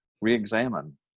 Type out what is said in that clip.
re-examine